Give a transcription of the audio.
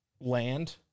land